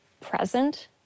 present